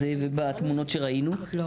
יחידה שמתצפתת ושולחת -- כן,